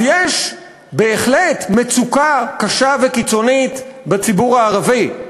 אז יש בהחלט מצוקה קשה וקיצונית בציבור הערבי,